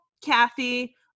Kathy